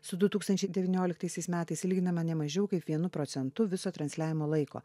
su du tūkstančiai devynioliktaisiais metais lyginama ne mažiau kaip vienu procentu viso transliavimo laiko